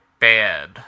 bad